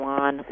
on